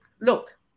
Look